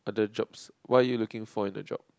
are the jobs what are you looking for in the job